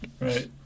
Right